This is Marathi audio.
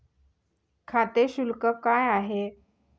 खाते शुल्क काय आहे?